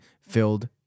filled